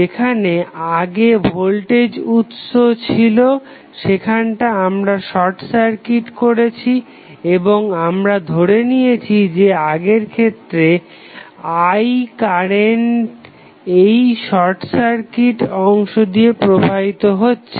যেখানে আগে ভোল্টেজ উৎস যুক্ত ছিল সেখানটা আমরা শর্ট সার্কিট করেছি এবং আমরা ধরে নিয়েছি যে আগের ক্ষেত্রে I কারেন্ট এই শর্ট সার্কিট অংশ দিয়ে প্রবাহিত হচ্ছে